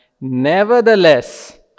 Nevertheless